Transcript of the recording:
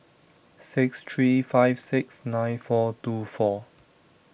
six three five six nine four two four